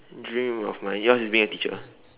dream of my yours is being a teacher